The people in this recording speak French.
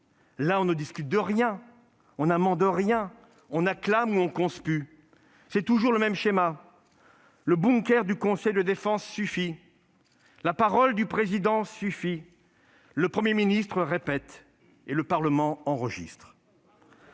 Là, on ne discute de rien ; on n'amende rien. On acclame ou on conspue. C'est toujours le même schéma : le bunker du conseil de défense suffit ; la parole du président suffit ; le Premier ministre répète et le Parlement enregistre.